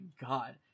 god